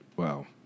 Wow